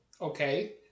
Okay